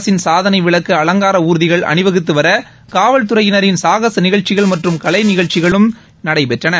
அரசின் சாதனை விளக்க அலங்கார ஊர்திகள் அணிவகுத்து வர காவல் துறையினரின் சாகச நிகழ்ச்சிகள் மற்றும் கலை நிகழ்ச்சிகளும் நடைபெற்றன